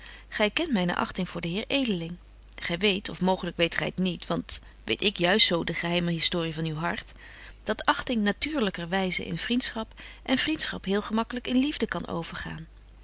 gy kent myne achting voor den heer edeling gy weet of mooglyk weet gy t niet want weet ik juist zo de geheime historie van uw hart dat achting natuurlyker wyze in vriendschap en vriendschap heel gemaklyk in liefde kan overgaan